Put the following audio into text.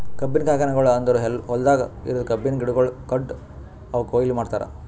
ಕಬ್ಬಿನ ಕಾರ್ಖಾನೆಗೊಳ್ ಅಂದುರ್ ಹೊಲ್ದಾಗ್ ಇರದ್ ಕಬ್ಬಿನ ಗಿಡಗೊಳ್ ಕಡ್ದು ಅವುಕ್ ಕೊಯ್ಲಿ ಮಾಡ್ತಾರ್